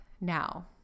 Now